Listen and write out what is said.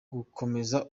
gukomeza